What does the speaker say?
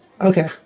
Okay